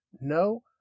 no